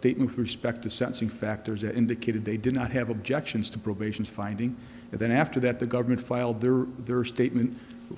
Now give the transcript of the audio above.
statement prospective sensing factors that indicated they did not have objections to probation finding and then after that the government filed their their statement